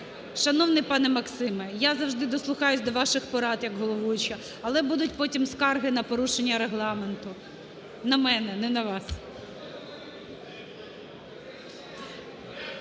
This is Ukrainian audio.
Шановний пане Максиме, я завжди дослухаюся до ваших порад як головуюча, але будуть потім скарги на порушення Регламенту. На мене, не на вас.